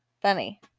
funny